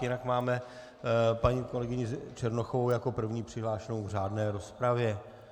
Jinak máme paní kolegyni Černochovou jako první přihlášenou v řádné rozpravě.